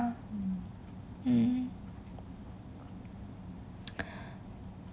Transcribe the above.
um